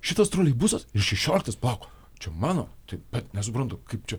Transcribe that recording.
šitas troleibusas ir šešioliktas palauk čia mano taip bet nesuprantu kaip čia